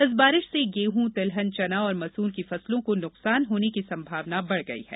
इस बारिश से गेहूं तिलहन चना और मंसूर की फसलों को नुकसान होने की संभावना बढ़ गयी है